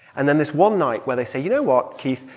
and then this one night where they say, you know what, keith?